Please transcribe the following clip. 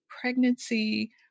pregnancy